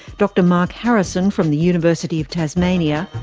dr mark harrison from the university of tasmania,